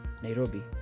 Nairobi